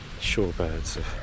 shorebirds